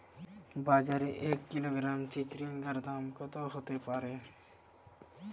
বাজারে এক কিলোগ্রাম চিচিঙ্গার দাম কত হতে পারে?